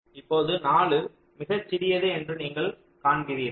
இப்போது 4 மிகச் சிறியது என்று நீங்கள் காண்கிறீர்கள்